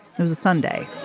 was a sunday